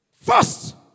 first